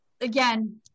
again